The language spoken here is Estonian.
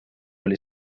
oli